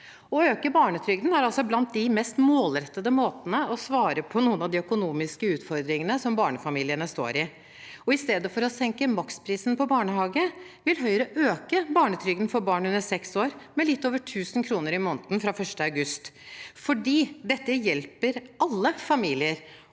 Å øke barnetrygden er altså blant de mest målrettede måtene å svare på noen av de økonomiske utfordringene som barnefamiliene står i. I stedet for å senke maksprisen på barnehage vil Høyre øke barnetrygden for barn under seks år med litt over 1 000 kr i måneden fra 1. august, fordi dette hjelper alle familier